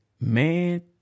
man